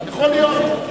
יכול להיות.